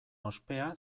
ospea